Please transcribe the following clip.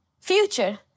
Future